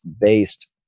based